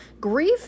grief